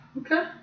Okay